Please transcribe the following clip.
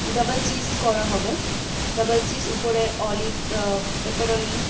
double cheese করা হবে double cheese উপরে অলিভ পেপারনি